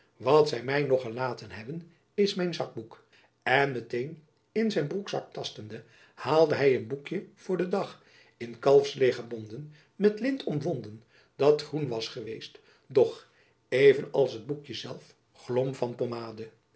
wat zy my nog gelaten hebben is mijn zakboek en met-een in zijn broekzak tastende haalde hy een boekjen voor den dag in kalfsleêr gebonden met lint omwonden dat groen was geweest doch even als het boekjen zelf glom van pomade